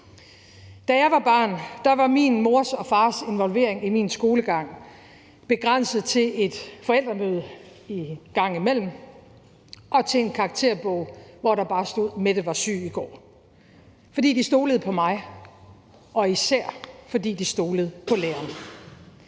Da jeg var barn, var min mors og fars involvering i min skolegang begrænset til et forældremøde en gang imellem og til en kontaktbog, hvor der bare stod: Mette var syg i går. Det var, fordi de stolede på mig, og især fordi de stolede på læreren.